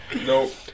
Nope